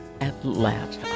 Atlanta